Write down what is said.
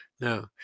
no